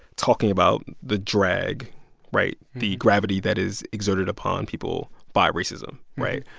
talking about the drag right? the gravity that is exerted upon people by racism, right?